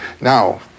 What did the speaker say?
Now